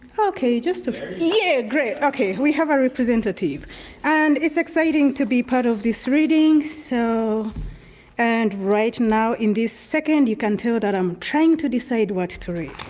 okay, just a few. yeah, great. okay we have our representative and it's exciting to be part of this reading so and right now in this second you can tell that i'm trying to decide what to read.